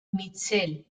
michel